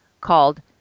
called